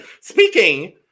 Speaking